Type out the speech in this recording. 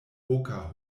oka